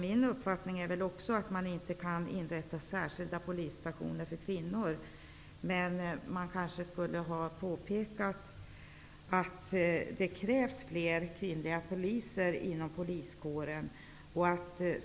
Min uppfattning är också att man inte kan inrätta särskilda polisstationer för kvinnor. Men man kunde ha påpekat att det krävs fler kvinnliga poliser inom poliskåren.